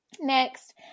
next